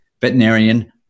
Veterinarian